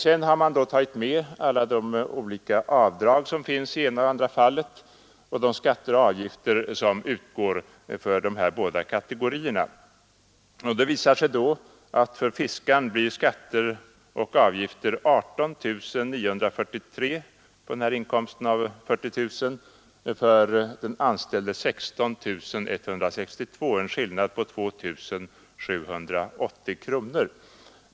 Sedan har man tagit med alla de olika avdrag som finns i det ena och i det andra fallet samt de skatter och avgifter som utgår för de båda kategorierna. Det visar sig då att för fiskaren blir skatter och avgifter 18 943 kronor på inkomsten av 40 000 men för den anställde 16 162 kronor; en skillnad på 2781 kronor.